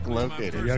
located